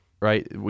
Right